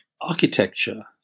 architecture